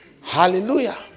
Hallelujah